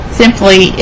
simply